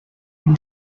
been